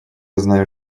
знаю